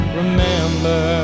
remember